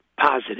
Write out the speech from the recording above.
positive